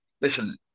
listen